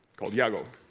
called iago